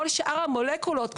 כל שאר המולקולות,